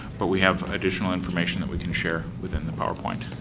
but we have additional information that we can share within the powerpoint.